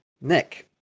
Nick